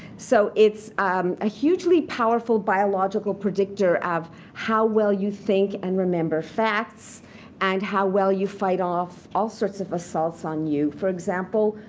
so it's a hugely powerful biological predictor of how well you think and remember facts and how well you fight off all sorts of assaults on you for example,